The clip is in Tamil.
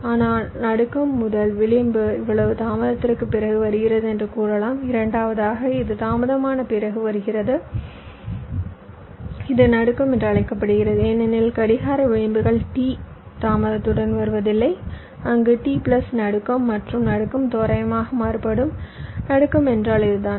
ஆனால் நடுக்கம் முதல் விளிம்பு இவ்வளவு தாமதத்திற்குப் பிறகு வருகிறது என்று கூறலாம் இரண்டாவதாக இது தாமதமான பிறகு வருகிறது இது நடுக்கம் என்று அழைக்கப்படுகிறது ஏனெனில் கடிகார விளிம்புகள் T தாமதத்துடன் வருவதில்லை அங்கு T பிளஸ் நடுக்கம் மற்றும் நடுக்கம் தோராயமாக மாறுபடும் நடுக்கம் என்றால் இதுதான்